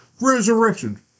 resurrection